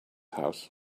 house